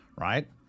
right